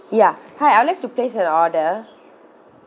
ya hi I would like to place an order